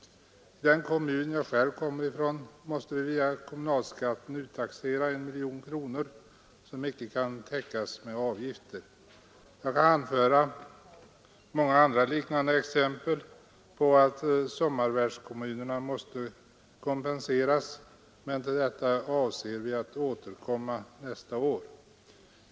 I den kommun jag själv tillhör måste vi via kommunalskatten uttaxera 1 miljon kronor som icke kan täckas med avgifter. Jag kan anföra många liknande exempel för att visa att sommarvärdskommunerna måste kompenseras, men till detta avser jag återkomma nästa år.